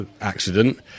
accident